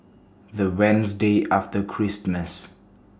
The Wednesday after Christmas